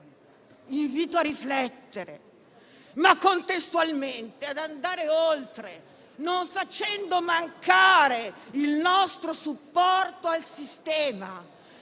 Invito a riflettere, ma contestualmente ad andare oltre, non facendo mancare il nostro supporto al sistema,